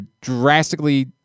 drastically